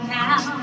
now